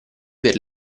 per